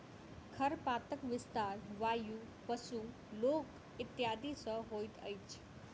खरपातक विस्तार वायु, पशु, लोक इत्यादि सॅ होइत अछि